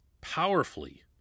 powerfully